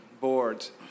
board's